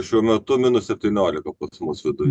šiuo metu minus septyniolika pas mus viduje